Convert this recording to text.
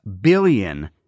billion